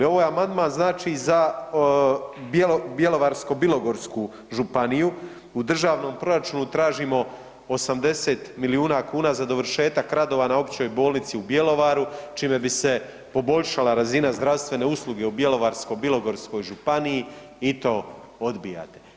Ovo je amandman znači za Bjelovarsko-bilogorsku županiju, u državnom proračunu tražimo 80 milijuna kuna za dovršetak radova na Općoj bolnici u Bjelovaru čime bi se poboljšala razina zdravstvene usluge u Bjelovarsko-bilogorskoj županiji i to odbijate.